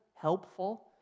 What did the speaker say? helpful